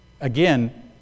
again